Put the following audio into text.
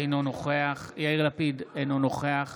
אינו נוכח יאיר לפיד, אינו נוכח